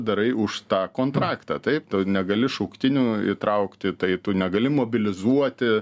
darai už tą kontraktą taip tu negali šauktinių įtraukti tai tu negali mobilizuoti